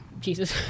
jesus